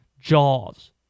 Jaws